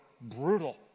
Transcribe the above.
brutal